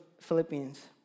Philippians